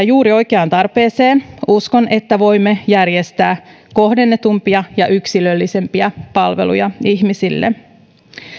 juuri oikeaan tarpeeseen uskon että voimme järjestää kohdennetumpia ja yksilöllisempiä palveluja ihmisille